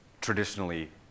traditionally